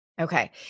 Okay